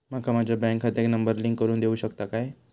माका माझ्या बँक खात्याक नंबर लिंक करून देऊ शकता काय?